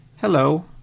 hello